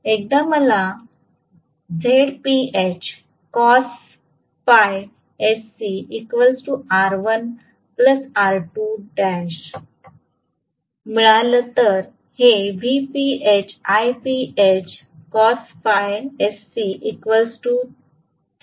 एकदा मला मिळालं तर हे आहे